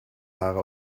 haare